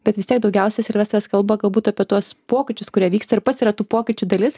bet vis tiek daugiausia silvestras kalba galbūt apie tuos pokyčius kurie vyksta ir pats yra tų pokyčių dalis